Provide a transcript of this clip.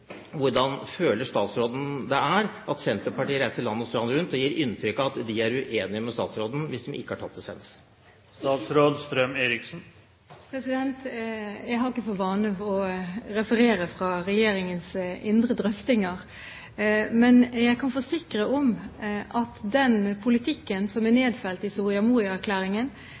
hvordan statsråden føler det når Senterpartiet reiser land og strand rundt og gir inntrykk av at de er uenige med statsråden – hvis de ikke har tatt dissens. Jeg har ikke for vane å referere fra regjeringens indre drøftinger. Men jeg kan forsikre om at den politikken som er nedfelt i Soria